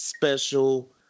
special